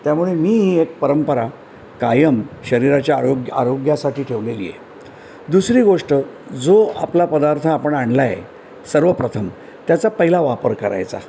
त्यामुळे मी ही एक परंपरा कायम शरीराच्या आरोग्य आरोग्यासाठी ठेवलेली आहे दुसरी गोष्ट जो आपला पदार्थ आपण आणला आहे सर्वप्रथम त्याचा पहिला वापर करायचा